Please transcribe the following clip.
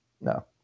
no